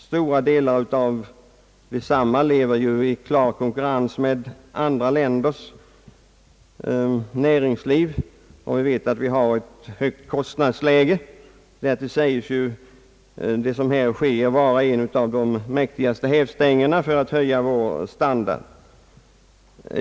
Stora delar av detta lever ju i klar konkurrens med andra länders, och vi vet att vi har ett högt kostnadsläge. Därtill säges ju det som här sker vara en av de mäktigaste hävstängerna för att höja vår standard.